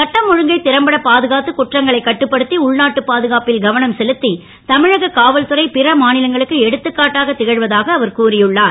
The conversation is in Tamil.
சட்டம் ஒழுங்கை றம்பட பாதுகாத்து குற்றங்களைக் கட்டுப்படுத் உள்நாட்டு பாதுகாப்பில் கவனம் செலுத் தமிழக காவல்துறை பிற மா லங்களுக்கு எடுத்துக்காட்டாகத் க வதாக அவர் கூறியுள்ளார்